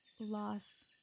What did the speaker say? loss